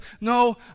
no